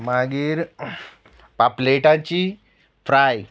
मागीर पापलेटाची फ्राय